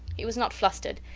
he was not flustered,